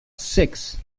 seix